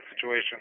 situation